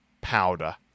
powder